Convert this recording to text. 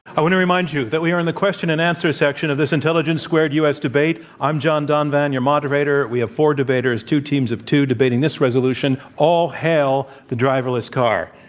i want to remind you that we are in the question and answer section of this intelligence squared u. s. debate. i'm john donvan, your moderator. we have four debaters, two teams of two, debating this resolution all hail the driverless car.